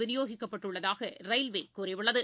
விநியோகிக்கப்பட்டுள்ளதாகரயில்வேகூறியுள்ளது